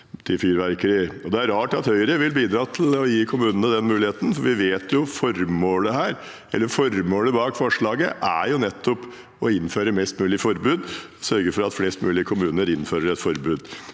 det er rart at Høyre vil bidra til å gi kommunene den muligheten. Vi kjenner jo formålet bak forslaget, det er nettopp å innføre mest mulig forbud og sørge for at flest mulig kommuner innfører et forbud.